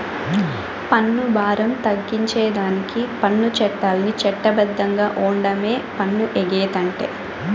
పన్ను బారం తగ్గించేదానికి పన్ను చట్టాల్ని చట్ట బద్ధంగా ఓండమే పన్ను ఎగేతంటే